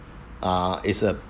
ah is a